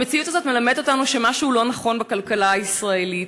המציאות הזאת מלמדת אותנו שמשהו לא נכון בכלכלה הישראלית.